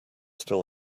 still